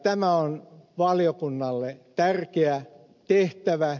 tämä on valiokunnalle tärkeä tehtävä